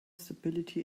stability